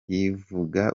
yivuga